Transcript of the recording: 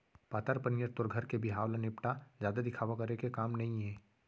पातर पनियर तोर घर के बिहाव ल निपटा, जादा दिखावा करे के काम नइये